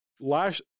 last